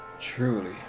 truly